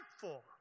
thankful